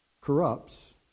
corrupts